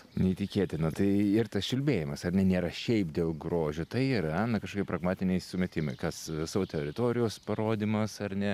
neįtikėtina tai ir tas čiulbėjimas ar ne nėra šiaip dėl grožio tai yra na kažkokie pragmatiniai sumetimai kas savo teritorijos parodymas ar ne